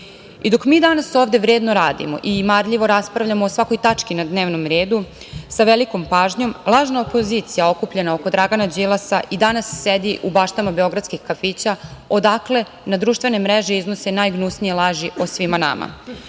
mi danas ovde vredno radimo i marljivo raspravljamo o svakoj tački na dnevnom redu, sa velikom pažnjom, lažna opozicija okupljena oko Dragana Đilasa, i danas sedi u baštama beogradskih kafića, odakle na društvene mreže iznosi najgnusnije laži o svima nama. Želim